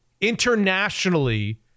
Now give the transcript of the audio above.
internationally